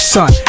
Son